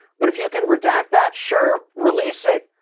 but if you can redact that, sure, release it,